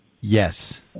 Yes